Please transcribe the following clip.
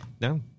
no